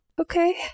Okay